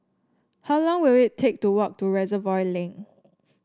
how long will it take to walk to Reservoir Link